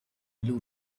blue